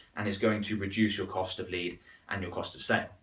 and is going to reduce your cost of lead and your cost of sale.